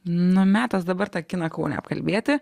nu metas dabar tą kiną kaune apkalbėti